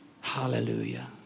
Hallelujah